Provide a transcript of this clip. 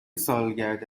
سالگرد